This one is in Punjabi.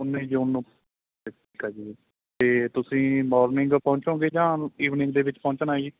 ਉੱਨੀ ਜੂਨ ਨੂੰ ਠੀਕ ਆ ਜੀ ਤੇ ਤੁਸੀਂ ਮੋਰਨਿੰਗ ਪਹੁੰਚੋਗੇ ਜਾਂ ਈਵਨਿੰਗ ਦੇ ਵਿੱਚ ਪਹੁੰਚਣਾ ਜੀ